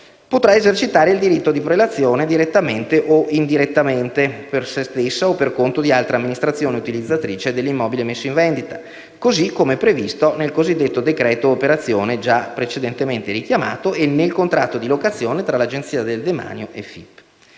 potrà esercitare il diritto di prelazione direttamente o indirettamente (per se stessa o per conto di altra amministrazione utilizzatrice dell'immobile messo in vendita), così come previsto nel cosiddetto decreto operazione, precedentemente richiamato, e nel contratto di locazione tra l'Agenzia del demanio e FIP.